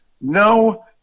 No